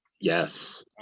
Yes